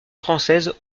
française